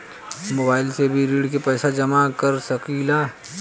Mobile से भी ऋण के पैसा जमा कर सकी ला?